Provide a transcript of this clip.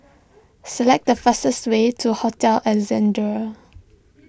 select the fastest way to Hotel Ascendere